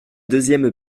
deuxième